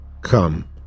come